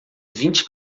vinte